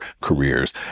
careers